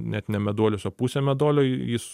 net ne meduolis o pusė meduolio jis